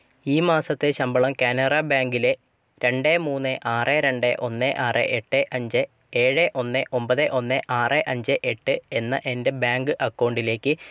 ഈ മാസത്തെ ശമ്പളം കാനറ ബാങ്കിലെ രണ്ട് മൂന്ന് ആറ് രണ്ട് ഒന്ന് ആറ് എട്ട് അഞ്ച് ഏഴ് ഒന്ന് ഒമ്പത് ഒന്ന് ആറ് അഞ്ച് എട്ട് എന്ന എൻ്റെ ബാങ്ക് അക്കൗണ്ടിലേക്ക്